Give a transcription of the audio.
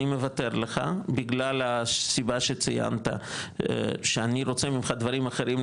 אני מוותר לך בגלל הסיבה שציינת שאני רוצה ממך דברים אחרים,